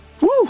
Woo